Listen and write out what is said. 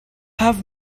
have